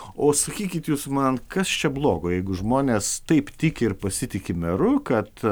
o sakykit jūs man kas čia blogo jeigu žmonės taip tiki ir pasitiki meru kad